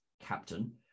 captain